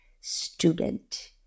student